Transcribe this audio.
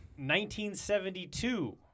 1972